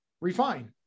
refine